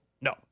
No